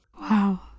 Wow